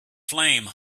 flame